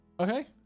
Okay